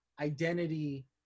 identity